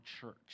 church